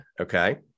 Okay